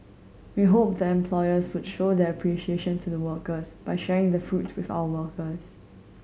we hope the employers would show their appreciation to the workers by sharing the fruit with our workers